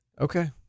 Okay